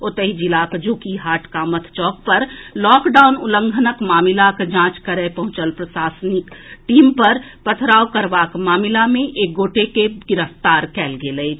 ओतहि जिलाक जोकीहाट कामथ चौक पर लॉकडाउन उल्लंघनक मामिलाक जांच करए पहुंचल प्रशासनक टीम पर पथराव करबाक मामिला मे एक गोटे के गिरफ्तार कएल गेल अछि